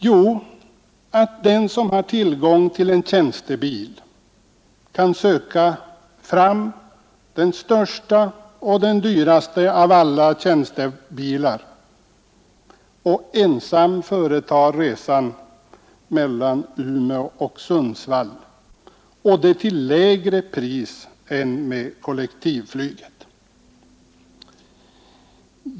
Jo, att den som har tillgång till tjänstebil kan söka fram den största och den dyraste av alla tjänstebilar och ensam företa resan mellan Umeå och Sundsvall och det till lägre pris än med kollektivflyget.